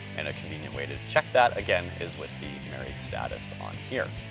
and a convenient way to check that, again, is with the married status on here.